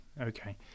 okay